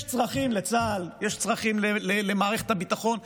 יש צרכים לצה"ל, יש צרכים למערכת הביטחון,